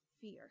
fear